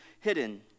hidden